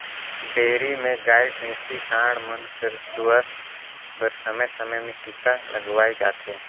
dairy में गाय, भइसी, सांड मन कर सुवास्थ बर समे समे में टीका लगवाए जाथे